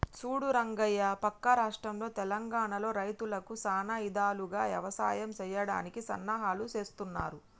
సూడు రంగయ్య పక్క రాష్ట్రంలో తెలంగానలో రైతులకు సానా ఇధాలుగా యవసాయం సెయ్యడానికి సన్నాహాలు సేస్తున్నారు